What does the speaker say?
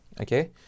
Okay